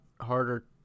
harder